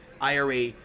IRA